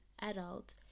adult